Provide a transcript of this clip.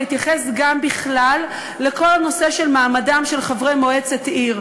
אלא להתייחס גם בכלל לכל הנושא של מעמדם של חברי מועצת עיר.